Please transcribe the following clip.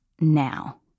now